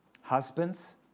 Husbands